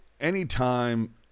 anytime